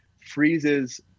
freezes